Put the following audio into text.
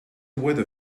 weather